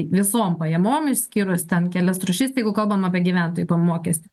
visom pajamom išskyrus ten kelias rūšis jeigu kalbam apie gyventojų pajamų mokestį